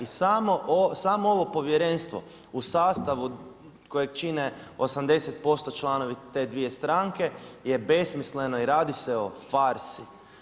I samo ovo povjerenstvo u sastavu kojeg čine 80% članovi te dvije stranke je besmisleno i radi se o farsi.